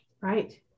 Right